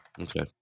Okay